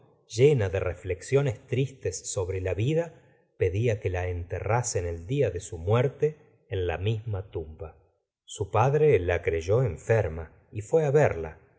llena de reflexiones tristes sobre la vida pedía que la enterrasen el día de su muerte en la misma tumba nryeltimyreer gustavo flaubert su padre la creyó enferma y fué verla